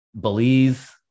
Belize